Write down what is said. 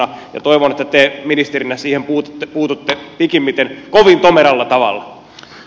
toivon että te ministerinä siihen puututte pikimmiten kovin tomeralla tavalla